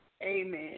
Amen